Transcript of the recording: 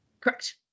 Correct